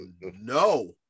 No